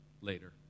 later